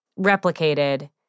replicated